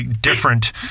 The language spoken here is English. different